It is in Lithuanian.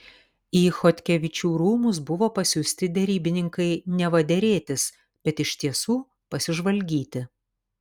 į chodkevičių rūmus buvo pasiųsti derybininkai neva derėtis bet iš tiesų pasižvalgyti